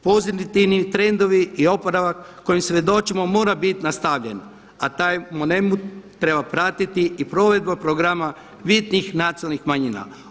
Pozitivni trendovi i oporavak kojem svjedočimo mora biti nastavljen a taj … treba pratiti i provedba programa bitnih nacionalnih manjina.